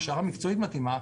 הכשרה מקצועית מתאימה,